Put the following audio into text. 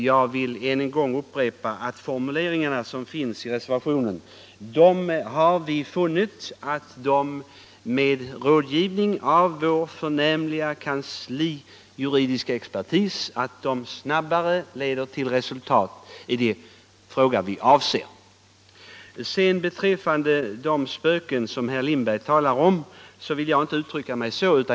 Jag vill än en gång framhålla att vi har den uppfattningen att de formuleringar som finns i reservationen och som tillkommit med rådgivning av vårt förnämliga kanslis juridiska expertis snabbare leder till resultat i den fråga vi avser. Beträffande de spöken herr Lindberg talar om vill jag inte uttrycka mig så.